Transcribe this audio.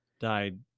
died